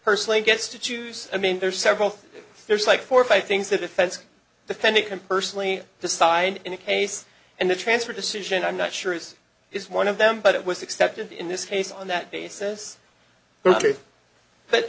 personally gets to choose i mean there's several there's like four or five things the defense the penticton personally decide in a case and the transfer decision i'm not sure is is one of them but it was accepted in this case on that basis